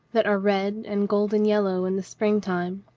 that are red and golden yellow in the spring time,